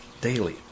daily